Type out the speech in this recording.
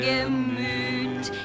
Gemüt